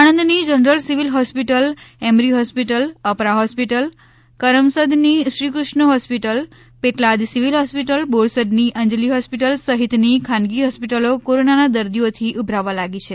આણંદની general civil હોસ્પિટલએમરી hospital Apara hospital કરમસદની Shrikrishna hospital Petlad civil hospital બોરસદની અંજલી હોસ્પિટલ સહિતની ખાનગી હોસ્પિટલો કોરોનાના દર્દીઓથી ઉભરાવા લાગી છે